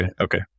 okay